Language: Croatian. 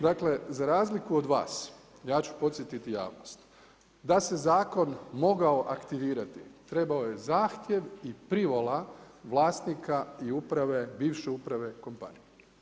Dakle, za razliku od vas ja ću podsjetiti javnost, da se zakon mogao aktivirati trebao je zahtjev i privola vlasnika i bivše uprave kompanije.